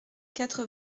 quatre